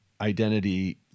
identity